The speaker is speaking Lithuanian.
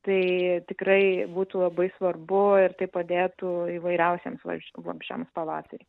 tai tikrai būtų labai svarbu ir tai padėtų įvairiausiems vabzdžiams pavasarį